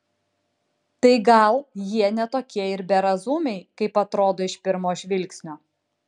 tai gal jie ne tokie ir berazumiai kaip atrodo iš pirmo žvilgsnio